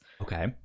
Okay